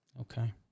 Okay